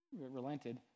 relented